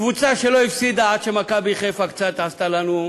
קבוצה שלא הפסידה עד ש"מכבי חיפה" קצת עשתה לנו,